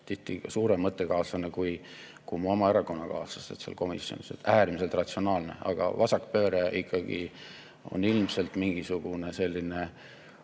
tihti suurem mõttekaaslane kui mu oma erakonnakaaslased seal komisjonis, äärmiselt ratsionaalne. Aga vasakpööre ikkagi on ilmselt mingisugune